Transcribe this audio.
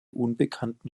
unbekannten